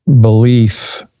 belief